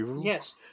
yes